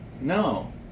No